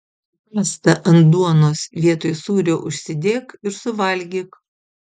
pastą ant duonos vietoj sūrio užsidėk ir suvalgyk